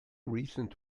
recent